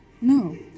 No